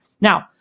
Now